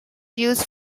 used